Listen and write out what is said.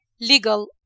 legal